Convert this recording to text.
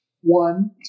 One